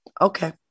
Okay